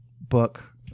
book